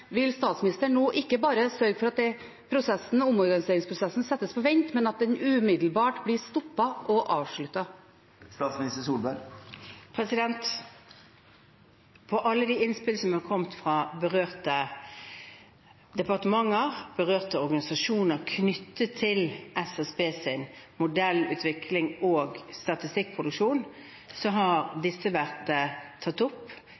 Vil statsministeren nå ikke bare sørge for at omorganiseringsprosessen settes på vent, men at den umiddelbart blir stoppet og avsluttet? Alle de innspill som har kommet fra berørte departementer, berørte organisasjoner knyttet til SSBs modellutvikling og statistikkproduksjon, har vært tatt opp,